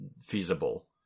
feasible